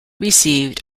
received